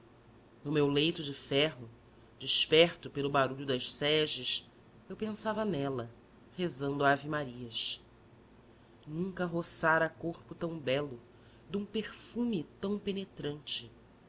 no meu leito de ferro desperto pelo barulho das seges eu pensava nela rezando ave-marias nunca roçara corpo tão belo de um perfume tão penetrante